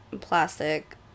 plastic